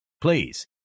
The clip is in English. please